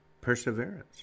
perseverance